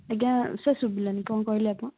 ଆଜ୍ଞା ସାର୍ ଶୁଭିଲାନି କ'ଣ କହିଲେ ଆପଣ